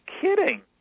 kidding